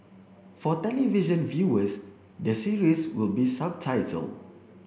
for television viewers the series will be subtitled